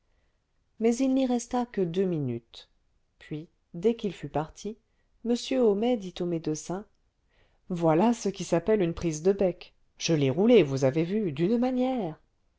mais il n'y resta que deux minutes puis dès qu'il fut parti m homais dit au médecin voilà ce qui s'appelle une prise de bec je l'ai roulé vous avez vu d'une manière